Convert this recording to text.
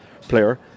player